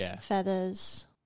feathers